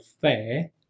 fair